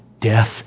death